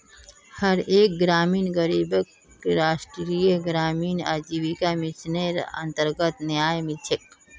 हर एक ग्रामीण गरीबक राष्ट्रीय ग्रामीण आजीविका मिशनेर अन्तर्गत न्याय मिलो छेक